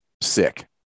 sick